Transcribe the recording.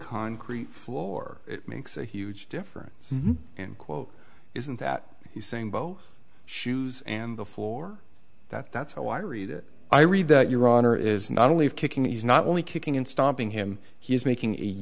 concrete floor it makes a huge difference in quote isn't that he's saying both shoes and the floor that that's how i read it i read that your honor is not only of kicking he's not only kicking and stomping him he's making a